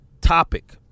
topic